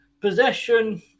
Possession